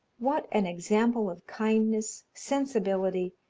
what an example of kindness, sensibility,